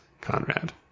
Conrad